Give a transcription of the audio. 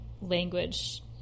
language